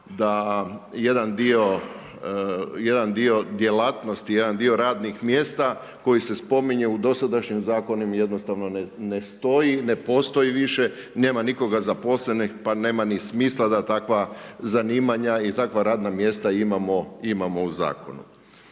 da jedan dio djelatnosti, jedan dio radnih mjesta koji se spominje u dosadašnjim zakonima jednostavno ne stoji, ne postoji više, nema nikoga zaposlenih, pa nema ni smisla da takva zanimanja i takva radna mjesta imamo u Zakonu.